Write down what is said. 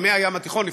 במי הים התיכון,